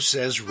Says